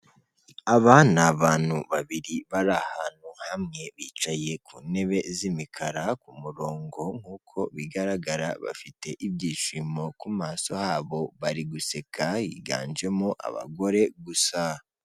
Aba ni abantu babiri bari ahantu hamwe, bicaye ku ntebe z'imikara ku murongo, nk'uko bigaragara bafite ibyishimo ku maso habo bari guseka, higanjemo abagore gusa.